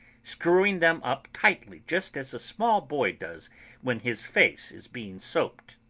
screwing them up tightly just as a small boy does when his face is being soaped.